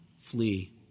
flee